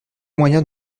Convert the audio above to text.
moyen